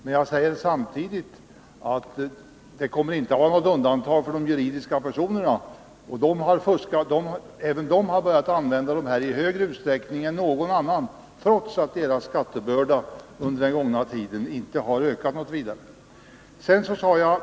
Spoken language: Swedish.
Men jag säger samtidigt att de juridiska personerna inte kommer att undantas. Dessa har i större utsträckning än andra börjat använda den aktuella möjligheten, trots att deras skattebörda inte ökat särskilt mycket under den gångna tiden.